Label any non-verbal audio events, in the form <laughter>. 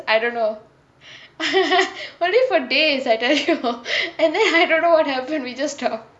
I don't know <laughs> I went for days <laughs> and then I don't know what happened we just stopped